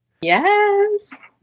Yes